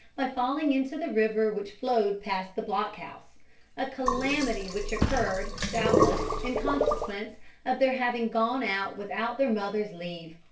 by falling into the river which flowed past the block-house a calamity which occurred, doubtless, in consequence of their having gone out without their mother's leave.